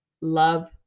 love